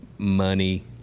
money